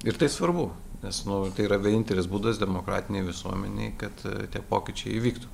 ir tai svarbu nes nu tai yra vienintelis būdas demokratinėj visuomenėj kad tie pokyčiai įvyktų